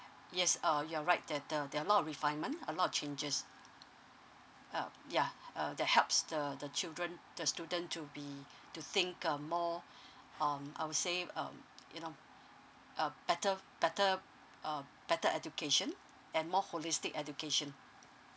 yes uh you're right that the there are a lot of refinement a lot of changes uh ya uh that helps the the children the student to be to think uh more um I would say um you know a better better uh better education and more holistic education